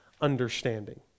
understanding